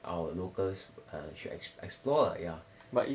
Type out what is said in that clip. our locals err should explore lah ya